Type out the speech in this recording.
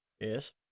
Yes